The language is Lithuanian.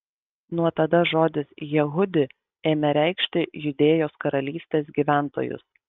nuo tada žodis jehudi ėmė reikšti judėjos karalystės gyventojus